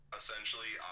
essentially